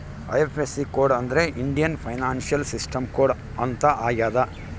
IFSC code ಅಂದ್ರೆ Indian financial system code ಅಂತ ಆಗ್ಯದ